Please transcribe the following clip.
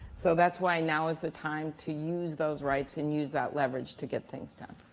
so that's why now is the time to use those rights and use that leverage to get things done.